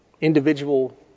individual